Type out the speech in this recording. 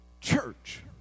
Church